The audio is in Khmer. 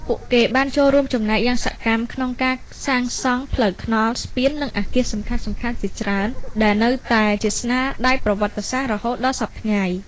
ពួកគេបានចូលរួមចំណែកយ៉ាងសកម្មក្នុងការសាងសង់ផ្លូវថ្នល់ ស្ពាន និងអគារសំខាន់ៗជាច្រើន ដែលនៅតែជាស្នាដៃប្រវត្តិសាស្ត្ររហូតដល់សព្វថ្ងៃ។